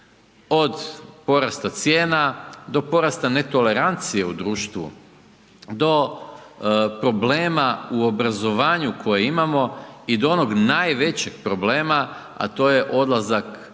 Od porasta cijena do porasta netolerancije u društvu, do problema u obrazovanju koje imamo i do onog najvećeg problema, a to je odlazak ljudi